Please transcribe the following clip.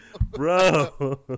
bro